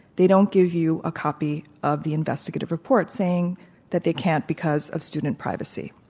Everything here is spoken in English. they don't give you a copy of the investigative report saying that they can't because of student privacy.